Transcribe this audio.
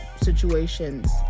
situations